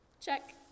Check